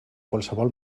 qualsevol